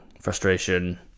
frustration